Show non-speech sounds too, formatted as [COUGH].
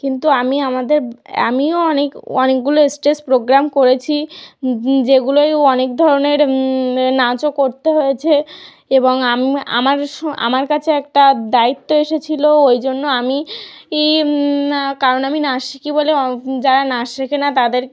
কিন্তু আমি আমাদের আমিও অনেকগুলো স্ট্রেজ প্রোগ্রাম করেছি যেগুলোয় অনেক ধরনের নাচও করতে হয়েছে এবং আমার কাছে একটা দায়িত্ব এসেছিল ওই জন্য আমি [UNINTELLIGIBLE] কারণ আমি নাচ শিখি বলে ও যারা নাচ শেখে না তাদের